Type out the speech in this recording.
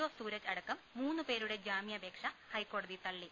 O Sooraj അടക്കം മൂന്നുപേരുടെ ജാമ്യാ പേക്ഷ ഹൈക്കോടതി തള്ളി